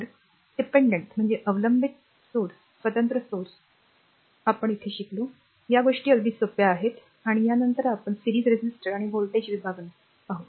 तर अवलंबित स्त्रोत स्वतंत्र स्त्रोत म्हणून या गोष्टी अगदी सोप्या आहेत आणि यानंतर आपण r सीरिज रेझिस्टर्स आणि व्होल्टेज विभागणी पाहू